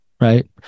right